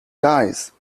dies